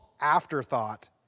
afterthought